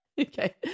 Okay